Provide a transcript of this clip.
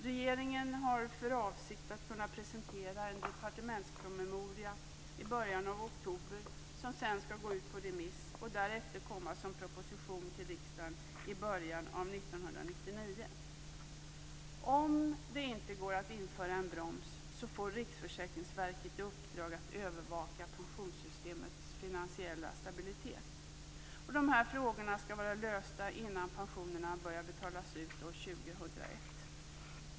Regeringen har för avsikt att kunna presentera en departementspromemoria i början av oktober som sedan skall gå ut på remiss och därefter komma som proposition till riksdagen i början av 1999. Om det inte går att utforma en broms får Riksförsäkringsverket i uppdrag att övervaka pensionssystemets finansiella stabilitet. De här frågorna skall vara lösta innan pensionerna börjar betalas ut år 2001.